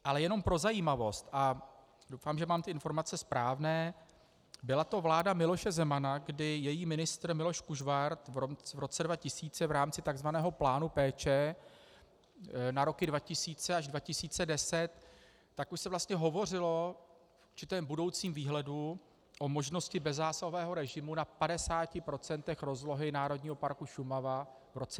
Ale jenom pro zajímavost, a doufám, že mám ty informace správné, byla to vláda Miloše Zemana, kdy její ministr Miloš Kužvart v roce 2000 v rámci tzv. plánu péče na roky 2000 až 2010, už se vlastně hovořilo o určitém budoucím výhledu o možnosti bezzásahového režimu na 50 procentech rozlohy Národního parku Šumava v roce 2030.